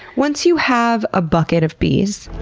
once you have a bucket of bees.